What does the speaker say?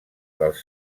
dels